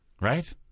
Right